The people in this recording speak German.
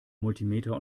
multimeter